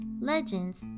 legends